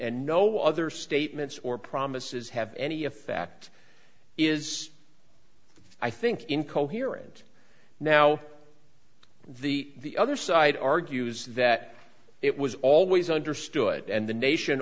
and no other statements or promises have any effect is i think incoherent now the other side argues that it was always understood and the nation